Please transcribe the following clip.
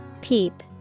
Peep